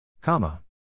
Comma